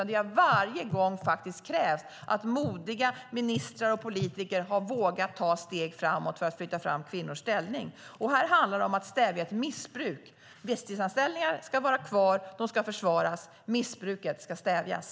Det har varje gång krävts att modiga ministrar och politiker vågat ta steg framåt för att flytta fram kvinnors ställning. Här handlar det om att stävja ett missbruk. Visstidsanställningarna ska vara kvar och ska försvaras. Men missbruket ska stävjas.